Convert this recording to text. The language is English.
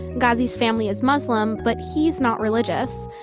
ghazi's family is muslim, but he's not religious.